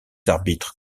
arbitres